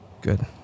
good